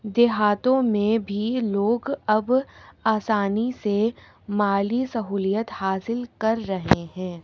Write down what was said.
دیہاتوں میں بھی لوگ اب آسانی سے مالی سہولیت حاصل کر رہے ہیں